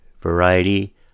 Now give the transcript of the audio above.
variety